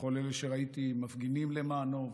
ולכל אלה שראיתי שמפגינים למענו.